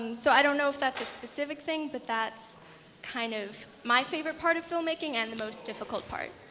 um so i don't know if that's a specific thing, but that's kind of my favorite part of filmmaking and the most difficult part.